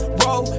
roll